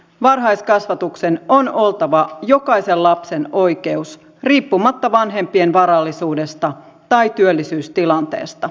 varhaiskasvatuksen on oltava jokaisen lapsen oikeus riippumatta vanhempien varallisuudesta tai työllisyystilanteesta